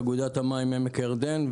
אגודת המים עמק הירדן,